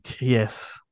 Yes